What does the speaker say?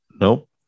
Nope